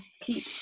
keep